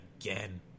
again